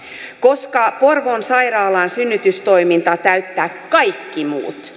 koska porvoon sairaalan synnytystoiminta täyttää kaikki muut